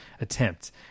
Attempt